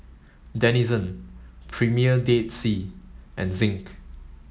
Denizen Premier Dead Sea and Zinc